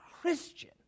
Christian